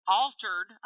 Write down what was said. altered